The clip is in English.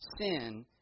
sin